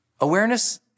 awareness